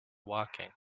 walking